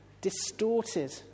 distorted